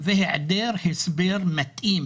והיעדר הסבר מתאים